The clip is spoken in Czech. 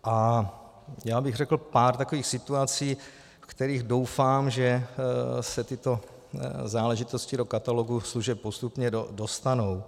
A já bych řekl pár takových situací, u kterých, doufám, se tyto záležitosti do katalogu služeb postupně dostanou.